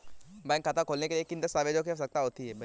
Bank खाता खोलने के लिए किन दस्तावेजों की आवश्यकता होती है?